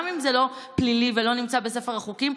גם אם זה לא פלילי ולא נמצא בספר החוקים,